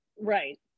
right